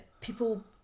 people